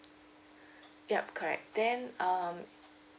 yup correct then um